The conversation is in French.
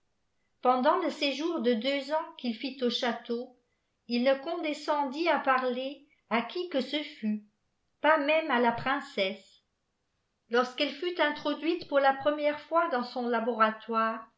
pendant le séjour de deux ans qu'il fit au château il ne con descendit à parler à qui que ce fût pas même à la princesse lorsqu'elle fut introduite pour la première fois dais son laboratoire